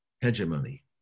hegemony